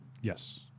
Yes